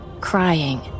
crying